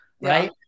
Right